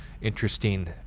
interesting